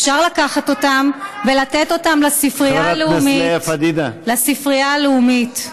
אפשר לקחת אותם ולתת אותם לספרייה הלאומית,